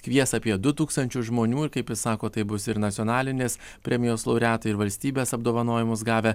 kvies apie du tūkstančius žmonių ir kaip jis sako tai bus ir nacionalinės premijos laureatai ir valstybės apdovanojimus gavę